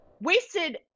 wasted